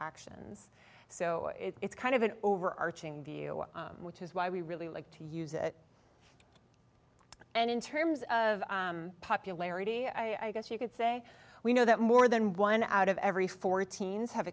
actions so it's kind of an overarching view which is why we really like to use it and in terms of popularity i guess you could say we know that more than one out of every four teens have